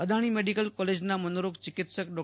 Adani medical કોલેજના મનોરોગ ચિકિત્સક ડો